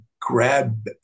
grab